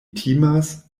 timas